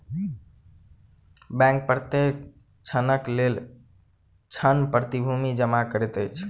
bank प्रत्येक ऋणक लेल ऋण प्रतिभूति जमा करैत अछि